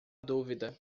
dúvida